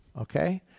okay